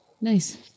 Nice